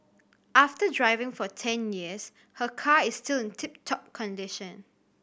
after driving for ten years her car is still in tip top condition